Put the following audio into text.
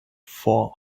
for